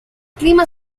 clima